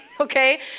okay